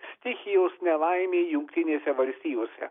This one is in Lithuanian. stichijos nelaimė jungtinėse valstijose